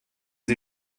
sie